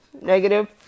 negative